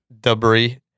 Debris